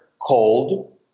cold